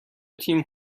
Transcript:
تیم